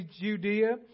Judea